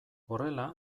horrela